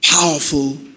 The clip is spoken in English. powerful